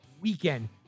weekend